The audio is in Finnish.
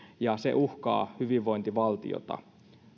ja se uhkaa hyvinvointivaltiota